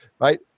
right